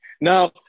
now